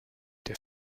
der